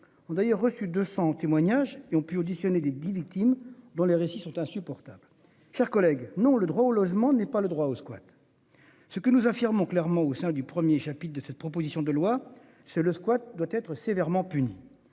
Ont d'ailleurs reçu 200 témoignages et ont pu auditionner des 10 victimes dans les récits sont insupportables. Chers collègues, non le droit au logement n'est pas le droit au squat. Ce que nous affirmons clairement au sein du 1er chapitre de cette proposition de loi, c'est le squat doit être sévèrement puni.